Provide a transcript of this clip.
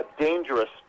dangerous